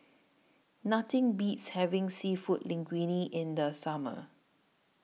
Nothing Beats having Seafood Linguine in The Summer